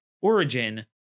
origin